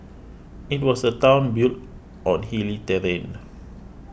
it was a town built on hilly terrain